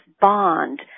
bond